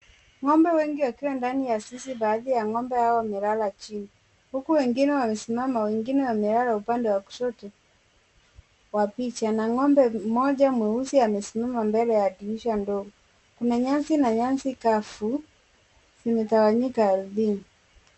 Ng'ombe wengi wakiwa ndani ya sisi baadhi ya ng'ombe hawa wamelala chini. Huku wengine wamesimama wengine wa wamelala upande wa kushoto wa picha, na ng'ombe mmoja mweusi amesimama mbele ya dirisha ndogo. Kuna nyasi na nyasi kafu, zimetawanyika ardhini.